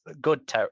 good